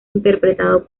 interpretado